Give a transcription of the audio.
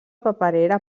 paperera